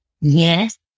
yes